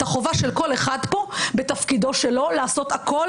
את החובה של כל אחד פה בתפקידו שלו לעשות הכול